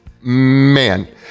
man